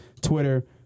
Twitter